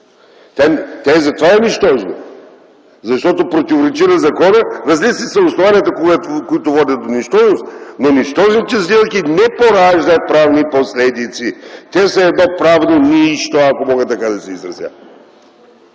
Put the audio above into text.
Тя затова е нищожна, защото противоречи на закона. Различни са основанията, които водят до нищожност, но нищожните сделки не пораждат правни последици. Те са едно правно нищо, ако мога така да се изразя.